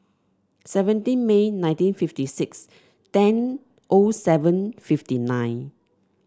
seventeen May nineteen fifty six ten O seven fifty nine